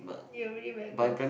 you really very gross